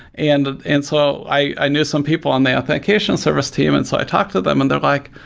and and so i knew some people on the authentication service team, and so i talked to them and they're like,